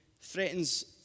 threatens